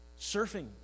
surfing